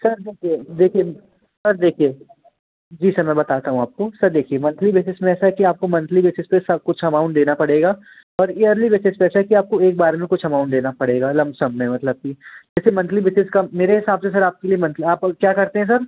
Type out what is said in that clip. sir देखिए देखिए sir देखिए जी सर मैं बताता हूँ आपको सर देखिए मंथली बैसिस में ऐसा है कि आपको मंथली बेसिस पर सर कुछ अमाउन्ट देना पड़ेगा और ईयरली बेसिस में ऐसा है कि आपको एक बार में कुछ अमाउन्ट में देना पड़ेगा लम सम में मतलब कि वैसे मंथली बेसिस का मेरे हिसाब से सर आपके लिए मंथली आप क्या करते हैं सर